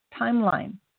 timeline